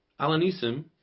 Alanisim